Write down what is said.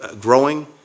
growing